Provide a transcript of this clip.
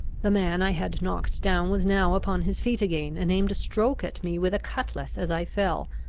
the man i had knocked down was now upon his feet again, and aimed stroke at me with a cutlass as i fell,